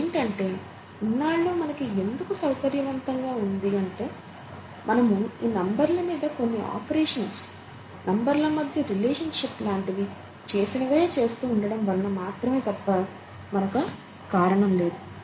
అదేంటంటే ఇన్నాళ్లు మనకి ఎందుకు సౌకర్యవంతంగా ఉంది అంటే మనము ఈ నంబర్ల మీద కొన్ని ఆపరేషన్స్ నంబర్ల మధ్య రిలేషన్షిప్ లాంటివి చేసినవే చేస్తూ ఉండడం వలన మాత్రమే తప్ప మరొక కారణం లేదు